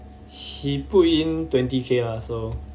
he put in twenty K lah so